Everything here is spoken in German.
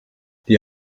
die